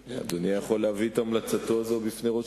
אדוני היה יכול להביא את המלצתו זו בפני ראש